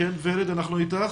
וינדמן, ורד, אנחנו איתך.